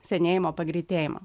senėjimo pagreitėjimą